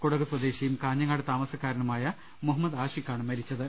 കുടക് സ്വദേശിയും കാഞ്ഞ ങ്ങാട് താമസക്കാരനുമായ മുഹമ്മദ് ആഷിഖാണ് മരി ച്ചത്